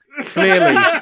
Clearly